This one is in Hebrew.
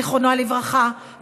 זיכרונו לברכה,